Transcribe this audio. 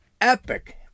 epic